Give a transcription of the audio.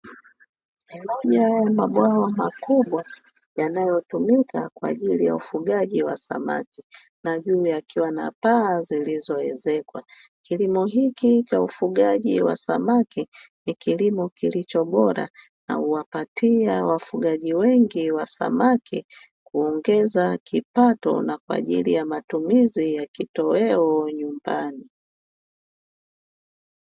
Moja ya mabwawa makubwa yanayotumika kwaajili ya ufugaji wa samaki na juu kukiwa na paa zilizoezekwa, kilimo hiki cha ufugaji wa samaki ni kilimo kilichobora na huwapatia wafugaji wengi wa samaki kuongeza kipato, na kwa ajili ya matumizi ya kitoweo nyumbani.